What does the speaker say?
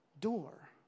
door